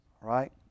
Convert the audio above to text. Right